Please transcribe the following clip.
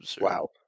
Wow